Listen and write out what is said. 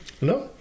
no